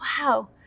wow